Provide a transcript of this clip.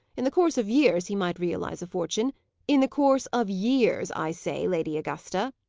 in the course of years he might realize a fortune in the course of years, i say, lady augusta.